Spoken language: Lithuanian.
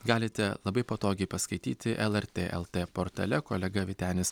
galite labai patogiai paskaityti lrt lt portale kolega vytenis